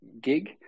gig